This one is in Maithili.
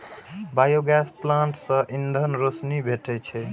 बायोगैस प्लांट सं ईंधन, रोशनी भेटै छै